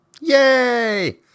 Yay